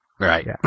Right